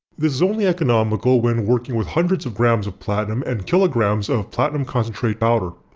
this is only economical when working with hundreds of grams of platinum and kilograms of platinum concentrate powder.